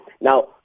Now